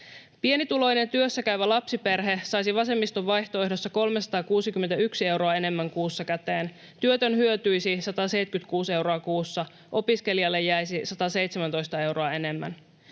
Pienituloinen työssäkäyvä lapsiperhe saisi vasemmiston vaihtoehdossa 361 euroa enemmän kuussa käteen. Työtön hyötyisi 176 euroa kuussa. Opiskelijalle jäisi 117 euroa enemmän.